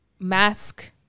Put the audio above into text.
mask